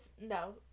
no